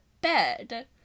bed